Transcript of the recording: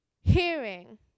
Hearing